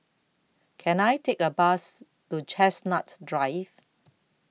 Can I Take A Bus to Chestnut Drive